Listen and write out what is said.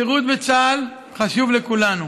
השירות בצה"ל חשוב לכולנו